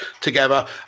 together